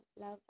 love